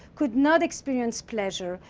could not experience pleasure,